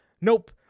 nope